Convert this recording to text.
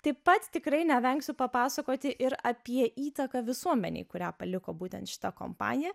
taip pat tikrai nevengsiu papasakoti ir apie įtaką visuomenei kurią paliko būtent šita kompanija